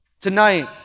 Tonight